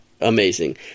amazing